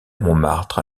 montmartre